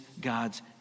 god's